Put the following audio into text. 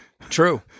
true